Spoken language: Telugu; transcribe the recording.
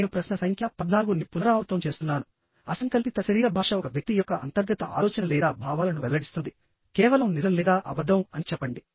నేను ప్రశ్న సంఖ్య 14ని పునరావృతం చేస్తున్నాను అసంకల్పిత శరీర భాష ఒక వ్యక్తి యొక్క అంతర్గత ఆలోచన లేదా భావాలను వెల్లడిస్తుంది కేవలం నిజం లేదా అబద్ధం అని చెప్పండి